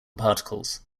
particles